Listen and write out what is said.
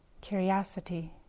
curiosity